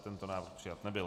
Tento návrh přijat nebyl.